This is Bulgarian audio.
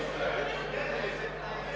Благодаря